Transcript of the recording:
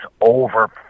over